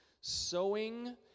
Sowing